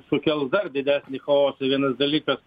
sukels dar didesnį chaosą vienas dalykas